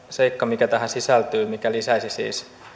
seikka mikä tähän sisältyy mikä lisäisi siis